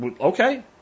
Okay